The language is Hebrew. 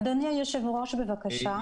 אדוני היושב-ראש, בבקשה.